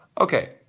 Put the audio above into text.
Okay